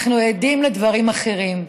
אנחנו עדים לדברים אחרים.